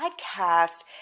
podcast